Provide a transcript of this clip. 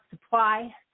supply